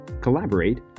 collaborate